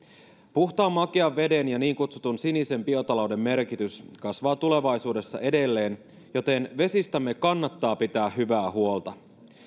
puhtaan makean veden ja niin kutsutun sinisen biotalouden merkitys kasvaa tulevaisuudessa edelleen joten vesistämme kannattaa pitää hyvää huolta